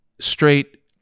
Straight